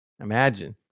imagine